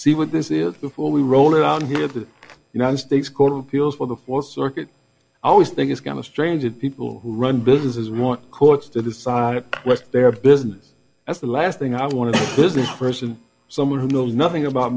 see what this is before we roll around here to the united states court of appeals for the fourth circuit i always think it's kind of strange that people who run businesses want courts to decide what their business as the last thing i want to this is person someone who knows nothing about